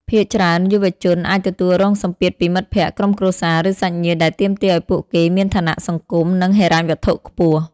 ភាគច្រើនយុវជនអាចទទួលរងសម្ពាធពីមិត្តភក្តិ ក្រុមគ្រួសារ ឬសាច់ញាតិ ដែលទាមទារឱ្យពួកគេមានឋានៈសង្គម និងហិរញ្ញវត្ថុខ្ពស់។